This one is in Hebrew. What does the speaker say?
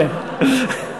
אדוני השר, אז איפה קיצצתם?